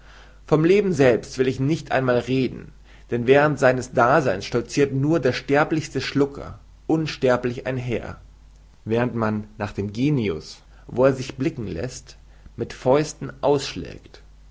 vom leben selbst will ich nicht einmal reden denn während seines daseins stolzirt nur der sterblichste schlucker unsterblich einher während man nach dem genius wo er sich blicken läßt mit fäusten ausschlägt